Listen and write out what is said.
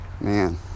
man